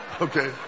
Okay